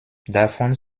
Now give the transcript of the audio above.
davon